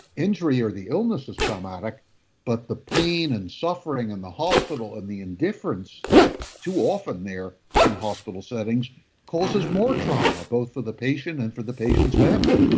injury or the illness is traumatic but the pain and suffering in the hospital, in the indifference that's too often there in hospital settings causes more trauma, both for the patient and for the patient's family.